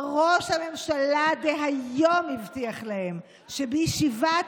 וראש הממשלה דהיום הבטיח להם שבישיבת